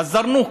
א-זרנוק.